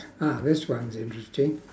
ah this one's interesting